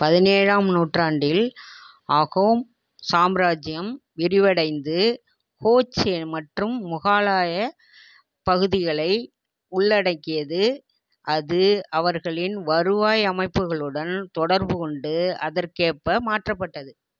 பதினேழாம் நூற்றாண்டில் அஹோம் சாம்ராஜ்ஜியம் விரிவடைந்து கோச் மற்றும் முகாலாய பகுதிகளை உள்ளடக்கியது அது அவர்களின் வருவாய் அமைப்புகளுடன் தொடர்பு கொண்டு அதற்கேற்ப மாற்றப்பட்டது